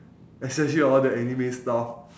especially all the anime stuff